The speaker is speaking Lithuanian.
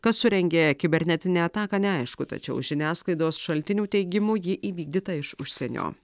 kas surengė kibernetinę ataką neaišku tačiau žiniasklaidos šaltinių teigimu ji įvykdyta iš užsienio